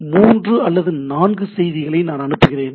எனவே மூன்று அல்லது நான்கு செய்திகளை நான் அனுப்புகிறேன்